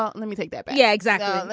ah and let me take that. but yeah, exactly